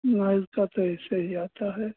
नाइक का तो ऐसे ही आता है